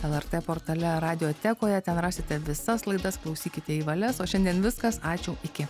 lrt portale radijotekoje ten rasite visas laidas klausykite į valias o šiandien viskas ačiū iki